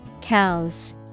Cows